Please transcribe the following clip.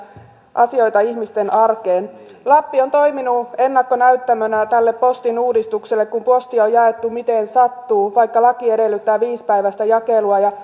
asioita ihmisten arjessa lappi on toiminut ennakkonäyttämönä tälle postin uudistukselle kun postia on jaettu miten sattuu vaikka laki edellyttää viisipäiväistä jakelua